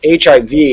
hiv